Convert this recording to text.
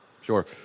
Sure